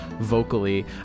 vocally